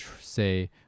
say